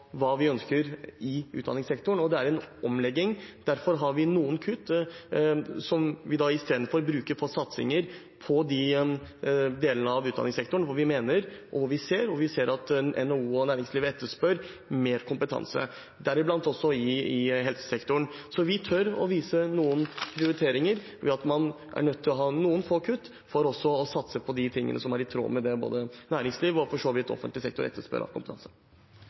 hva vi ønsker i utdanningssektoren, og det er en omlegging. Derfor har vi noen kutt som vi isteden bruker på satsinger på de delene av utdanningssektoren der vi ser at NHO og næringslivet etterspør mer kompetanse, deriblant i helsesektoren. Så vi tør å vise noen prioriteringer ved at man er nødt til å ha noen få kutt for å satse på de tingene som er i tråd med det både næringsliv og for så vidt offentlig sektor etterspør av kompetanse.